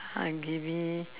ah give me